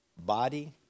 Body